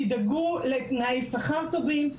תדאגו לתנאי שכר טובים,